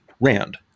RAND